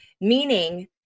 meaning